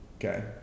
Okay